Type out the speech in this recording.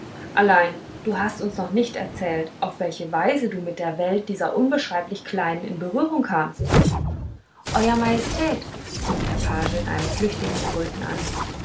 allein du hast uns noch nicht erzählt auf welche weise du mit der welt dieser unbeschreiblich kleinen in berührung kamst euer majestät hub der page in einem flüchtigen erröten an